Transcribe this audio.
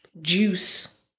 juice